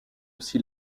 aussi